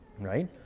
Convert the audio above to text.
right